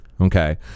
Okay